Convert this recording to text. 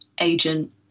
agent